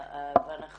אנחנו